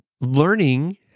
Learning